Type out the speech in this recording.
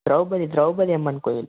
திரௌபதி திரௌபதி அம்மன் கோயில்